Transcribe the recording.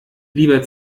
lieber